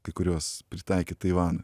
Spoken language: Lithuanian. kai kuriuos pritaikyt taivanui